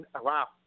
wow